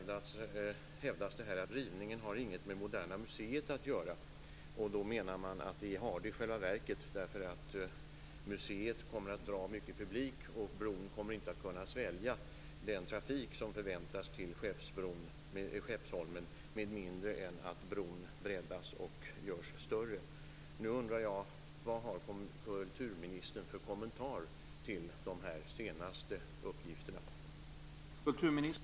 Det hävdas att rivningen inte har med Moderna museet att göra. Man menar dock att det i själva verket har det eftersom museet kommer att dra mycket publik och bron inte kommer att kunna svälja den trafik som förväntas till Skeppsholmen med mindre än att bron breddas och görs större.